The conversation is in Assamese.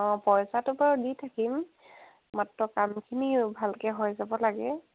অঁ পইছাটো বাৰু দি থাকিম মাত্ৰ কামখিনি ভালকৈ হৈ যাব লাগে